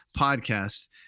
podcast